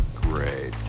great